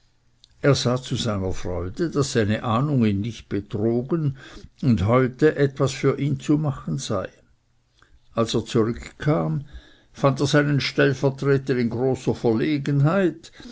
er sah zu seiner freude daß seine ahnung ihn nicht betrogen und heute etwas für ihn zu machen sei als er zurückkam fand er seinen stellvertreter in großer verlegenheit